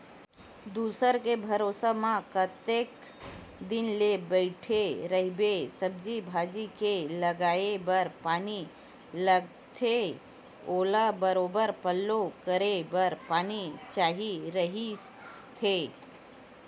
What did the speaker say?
दूसर के भरोसा म कतेक दिन ले बइठे रहिबे, सब्जी भाजी के लगाये बर पानी लगथे ओला बरोबर पल्लो करे बर पानी चाही रहिथे